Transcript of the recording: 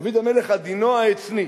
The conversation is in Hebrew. דוד המלך, עדינו העצני.